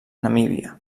namíbia